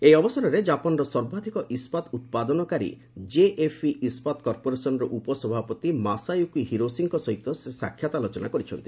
ଏହି ଅବସରରେ ଜାପାନର ସର୍ବାଧିକ ଇସ୍କାତ ଉତ୍ପାଦନକାରୀ କେଏଫ୍ଇ ଇସ୍କାତ କର୍ପୋରେସନର ଉପସଭାପତି ମାସାୟୁକି ହିରୋସିଙ୍କ ସହିତ ସାକ୍ଷାତ ଆଲୋଚନା କରିଛନ୍ତି